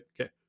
Okay